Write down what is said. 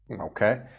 Okay